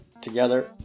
together